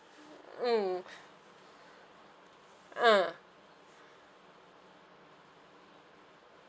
mm ah